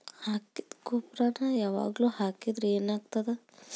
ಹಾಕಿದ್ದ ಗೊಬ್ಬರಾನೆ ಯಾವಾಗ್ಲೂ ಹಾಕಿದ್ರ ಏನ್ ಆಗ್ತದ?